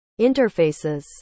interfaces